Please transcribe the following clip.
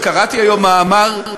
כי קראתי היום מאמר,